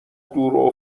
دور